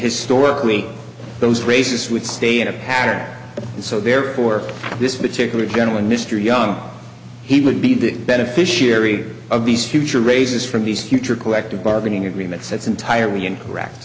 historically those races would stay in a pattern and so therefore this particular gentleman mr young he would be the beneficiary of these future raises from these future collective bargaining agreements that's entirely incorrect